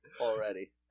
Already